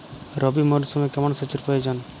রবি মরশুমে কেমন সেচের প্রয়োজন?